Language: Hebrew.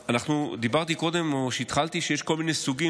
אמרתי קודם כשהתחלתי שיש כל מיני סוגים,